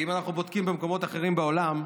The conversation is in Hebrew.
כי אם אנחנו בודקים במקומות אחרים בעולם,